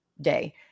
day